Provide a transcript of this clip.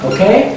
Okay